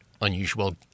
unusual